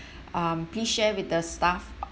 um please share with the staff